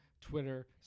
Twitter